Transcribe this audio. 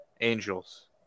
angels